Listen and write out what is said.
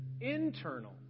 internal